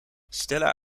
stella